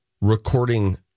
recording